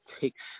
takes –